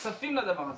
שנחשפים לדבר הזה,